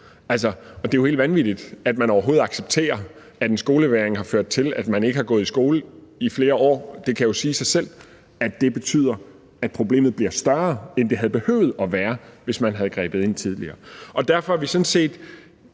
Det er jo helt vanvittigt, at man overhovedet accepterer, at skolevægring kan føre til, at de ikke har gået i skole i flere år. Det siger jo sig selv, at det betyder, at problemet bliver større, end det havde behøvet at være, hvis man havde grebet ind tidligere. Derfor er vi sådan set